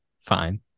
fine